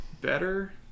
better